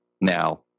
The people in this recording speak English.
now